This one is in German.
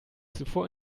zuvor